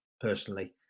personally